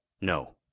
No